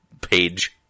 page